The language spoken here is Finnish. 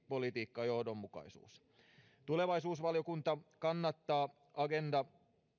politiikkajohdonmukaisuus tulevaisuusvaliokunta kannattaa agenda